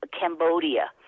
Cambodia